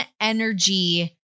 energy